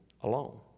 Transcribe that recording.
alone